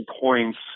points